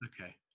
Okay